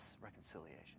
reconciliation